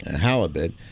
halibut